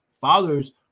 fathers